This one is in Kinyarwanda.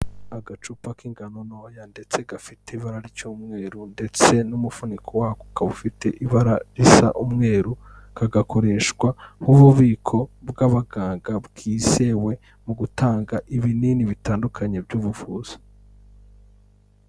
Agacupa k'ingano ntoya ndetse gafite ibara ry'umweru ndetse n'umufuniko wako ukaba ufite ibara risa umweru kagakoreshwa nk'ububiko bw'abaganga bwizewe mu gutanga ibinini bitandukanye by'ubuvuzi.